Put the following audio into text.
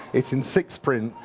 it's in sixth print.